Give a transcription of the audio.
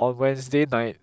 on Wednesday night